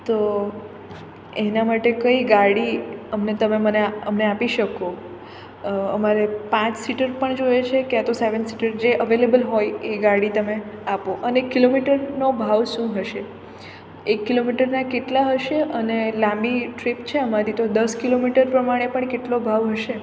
તો એના માટે કઈ ગાડી અમને તમે મને અમને આપી શકો અમારે પાંચ સીટર પણ જોઈએ છે ક્યાં તો સેવન સીટર જે અવેલેબલ હોય એ ગાડી તમે આપો અને કિલોમીટરનો ભાવ શું હશે એક કિલોમીટરના કેટલા હશે અને લાંબી ટ્રીપ છે અમારી તો દસ કિલોમીટર પ્રમાણે પણ કેટલો ભાવ હશે